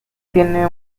tiene